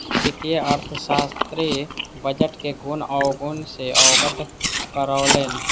वित्तीय अर्थशास्त्री बजट के गुण अवगुण सॅ अवगत करौलैन